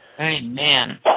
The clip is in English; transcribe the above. Amen